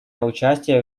участие